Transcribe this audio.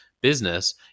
business